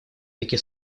таки